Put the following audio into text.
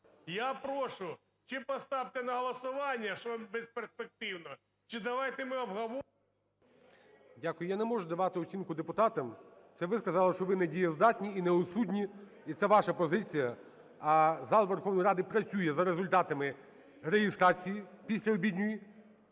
Я прошу, чи поставте на голосування, що безперспективно, чи давайте ми обговоримо… ГОЛОВУЮЧИЙ. Дякую. Я не можу давати оцінку депутатам. Це ви сказали, що ви недієздатні і неосудні, і це ваша позиція, а зал Верховної Ради працює за результатами реєстрації післяобідньої.